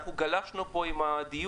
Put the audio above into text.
אנחנו גלשנו פה עם הדיון.